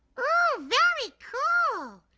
oh, very cool!